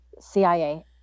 CIA